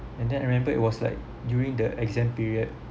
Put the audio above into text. and then I remembered it was like during the exam period